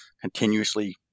continuously